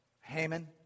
Haman